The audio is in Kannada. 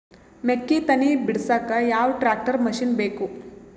ಮೆಕ್ಕಿ ತನಿ ಬಿಡಸಕ್ ಯಾವ ಟ್ರ್ಯಾಕ್ಟರ್ ಮಶಿನ ಬೇಕು?